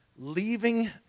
leaving